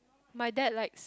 my dad likes